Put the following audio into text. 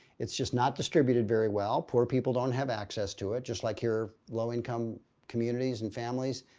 it's just not distributed very well. poor people don't have access to it, just like your low-income communities and families,